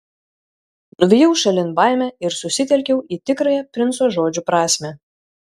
nuvijau šalin baimę ir susitelkiau į tikrąją princo žodžių prasmę